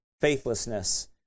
faithlessness